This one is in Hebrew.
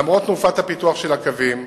למרות תקופת הפיתוח של הקווים,